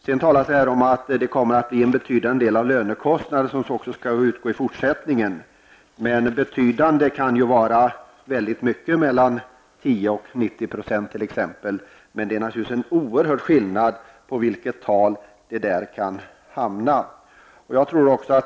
Sedan talas det här om att det är en betydande del av lönekostnaden som också skall utgå i fortsättningen. Men betydande kan avse väldigt mycket -- mellan t.ex. 10 och 90 %. Det är naturligtvis en oerhörd skillnad mellan de tal man kan hamna på.